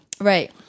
right